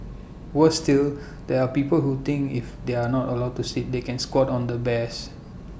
worse still there are people who think if they are not allowed to sit they can squat on the bears